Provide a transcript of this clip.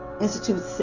Institute